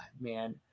man